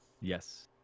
Yes